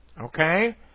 okay